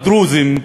הדרוזים,